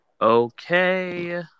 Okay